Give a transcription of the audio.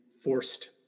forced